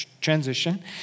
transition